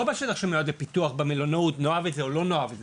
לא בשטח שנועד לפיתוח במלונאות נאהב את זה או לא נאהב את זה,